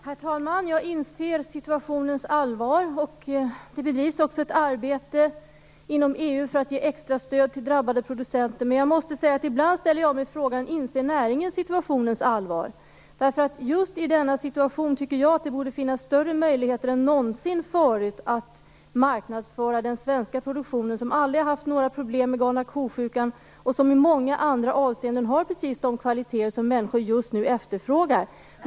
Herr talman! Jag inser situationens allvar. Det bedrivs också ett arbete inom EU för att ge extra stöd till drabbade producenter. Men jag måste säga att jag ibland ställer mig frågan: Inser näringen situationens allvar? Just i denna situation tycker jag nämligen att det borde finnas större möjligheter än någonsin förr att marknadsföra den svenska produktionen, som aldrig haft några problem med galna ko-sjukan och som i många andra avseenden har precis de kvaliteter som människor just nu efterfrågar.